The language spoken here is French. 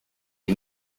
est